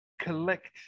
collect